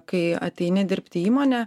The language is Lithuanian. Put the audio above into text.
kai ateini dirbt į įmonę